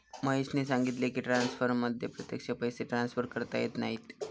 महेशने सांगितले की, ट्रान्सफरमध्ये प्रत्यक्ष पैसे ट्रान्सफर करता येत नाहीत